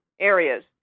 areas